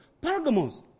Pergamos